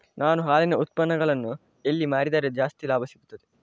ನಾನು ಹಾಲಿನ ಉತ್ಪನ್ನಗಳನ್ನು ಎಲ್ಲಿ ಮಾರಿದರೆ ಜಾಸ್ತಿ ಲಾಭ ಸಿಗುತ್ತದೆ?